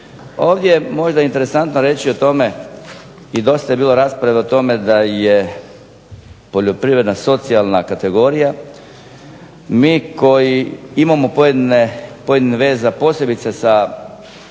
Ovdje je možda interesantno reći o tome i dosta je bilo rasprave o tome da je poljoprivredna socijalna kategorija, mi koji imamo pojedine veza posebice sa obiteljskim